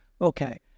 Okay